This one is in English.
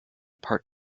part